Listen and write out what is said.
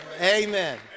Amen